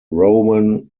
rowan